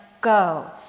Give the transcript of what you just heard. Go